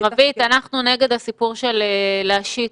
אחרת לא נצליח לפתוח את השנה.